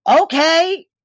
okay